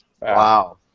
Wow